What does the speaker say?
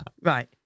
Right